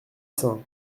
sein